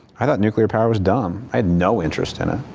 i thought nuclear power was dumb. i had no interest in it.